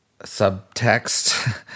subtext